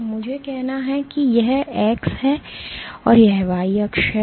तो मुझे कहना है कि यह x है और यह y अक्ष है